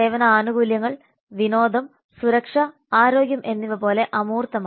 സേവന ആനുകൂല്യങ്ങൾ വിനോദം സുരക്ഷ ആരോഗ്യം എന്നിവപോലെ അമൂർത്തമാണ്